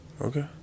Okay